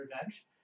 revenge